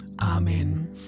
Amen